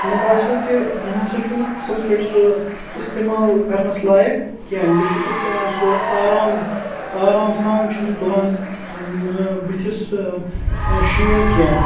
مےٚ باسیو کہِ یہِ نَسا چھُنہٕ اَصٕل پٲٹھۍ سُہ اِستعمال کَرنَس لایق کینٛہہ بہٕ چھُس نہٕ سُہ آرام آرام سان چھُنہٕ یہِ تُلان بٕتھِس شیو کینٛہہ